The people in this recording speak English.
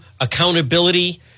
accountability